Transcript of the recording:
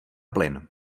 plyn